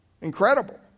Incredible